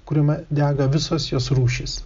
kuriame dega visos jos rūšys